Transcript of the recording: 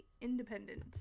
independent